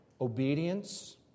Obedience